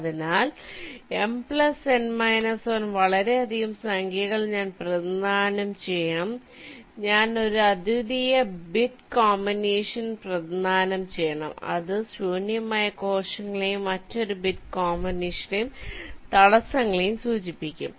അതിനാൽ M N − 1 വളരെയധികം സംഖ്യകൾ ഞാൻ പ്രതിനിധാനം ചെയ്യണം ഞാൻ ഒരു അദ്വിതീയ ബിറ്റ് കോമ്പിനേഷനെ പ്രതിനിധാനം ചെയ്യണം അത് ശൂന്യമായ കോശങ്ങളെയും മറ്റൊരു ബിറ്റ് കോമ്പിനേഷനെയും തടസ്സങ്ങളെ സൂചിപ്പിക്കും